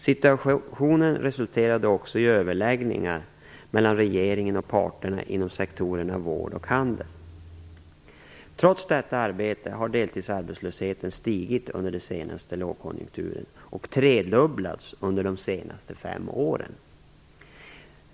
Situationen resulterade också i överläggningar mellan regeringen och parterna inom sektorerna vård och handel. Trots detta arbete har deltidsarbetslösheten stigit under de senaste lågkonjunkturåren och tredubblats under de senaste fem åren.